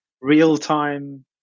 real-time